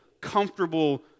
comfortable